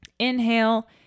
Inhale